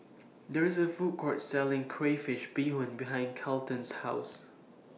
There IS A Food Court Selling Crayfish Beehoon behind Kolton's House